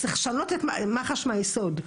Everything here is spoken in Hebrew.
צריך לשנות את מח"ש מהיסוד.